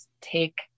take